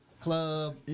club